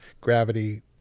Gravity